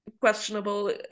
questionable